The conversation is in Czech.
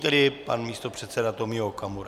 Nyní tedy pan místopředseda Tomio Okamura.